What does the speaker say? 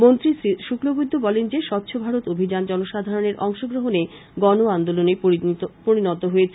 মন্ত্রী শ্রী শুক্লবৈদ্য বলেন যে স্বচ্ছ ভারত অভিযান জনসাধারনের অংশগ্রহনে গন আন্দোলনে পরিনত হয়েছে